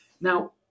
now